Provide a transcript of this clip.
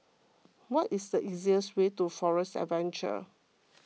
what is the easiest way to Forest Adventure